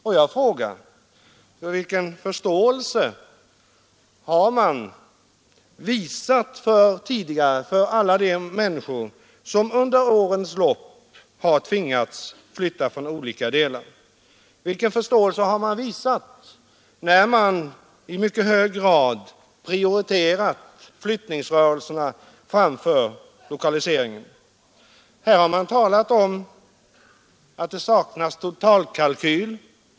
Och jag frågar: Vilken förståelse har man tidigare visat för alla de människor som under årens lopp har tvingats flytta, vilken förståelse har man visat när man i mycket hög grad prioriterat flyttningsrörelserna framför lokaliseringen? Här har man talat om att det saknas totalkalkyl.